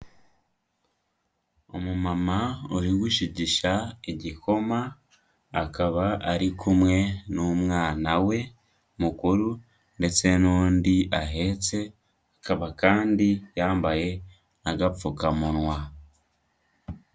Umumama uri gushigisha igikoma, akaba ari kumwe n'umwana we mukuru ndetse n'undi ahetse, akaba kandi yambaye n'agapfukamunwa.